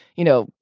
you know,